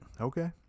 Okay